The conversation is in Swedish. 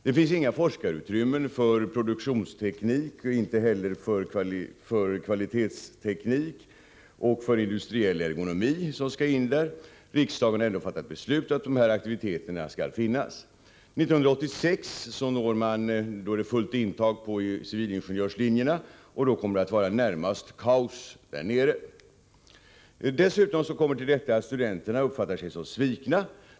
Det finns inga forskarutrymmen för produktionsteknik, inte heller för kvalitetsteknik och industriell ergonomi. Riksdagen har ändå fattat ett beslut om att dessa aktiviteter skall finnas där. År 1986 är det fullt intag på civilingenjörslinjerna, och då kommer det att närmast vara kaos där nere. Dessutom känner sig studenterna svikna.